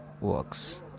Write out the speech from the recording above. works